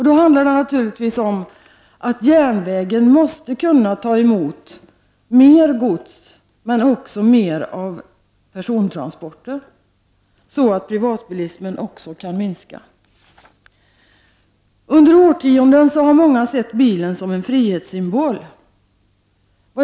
Då handlar det naturligtvis om att järnvägen måste kunna ta emot mer gods, men också mer av persontransporter, så att privatbilismen också kan minskas. Under årtionden har många sett bilen som en frihetssymbol.